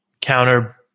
counter